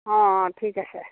অঁ অঁ ঠিক আছে